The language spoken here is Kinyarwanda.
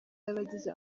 abagize